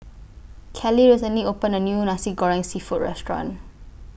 Callie recently opened A New Nasi Goreng Seafood Restaurant